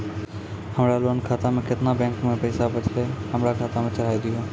हमरा लोन खाता मे केतना बैंक के पैसा बचलै हमरा खाता मे चढ़ाय दिहो?